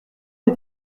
est